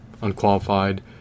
unqualified